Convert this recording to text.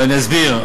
ואסביר.